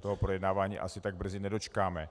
toho projednávání asi tak brzy nedočkáme.